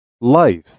Life